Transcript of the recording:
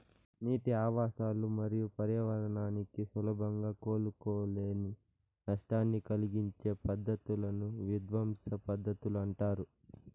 నీటి ఆవాసాలు మరియు పర్యావరణానికి సులభంగా కోలుకోలేని నష్టాన్ని కలిగించే పద్ధతులను విధ్వంసక పద్ధతులు అంటారు